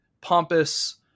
Pompous